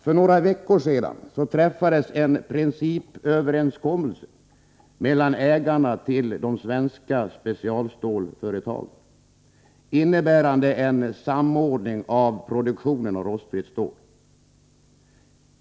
För några veckor sedan träffades en principöverenskommelse mellan ägarna till de svenska specialstålsföretagen innebärande en samordning av produktionen av rostfritt stål.